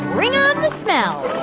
bring on the smells